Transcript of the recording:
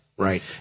Right